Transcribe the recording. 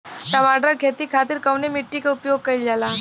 टमाटर क खेती खातिर कवने मिट्टी के उपयोग कइलजाला?